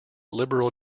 liberal